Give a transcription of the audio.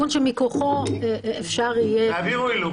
שמכוחו אפשר יהיה --- תעבירו הילוך.